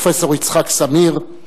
פרופסור יצחק זמיר,